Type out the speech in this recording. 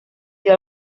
dio